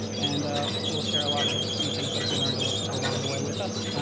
and will share a lot of interesting things that he learned like along the way with us.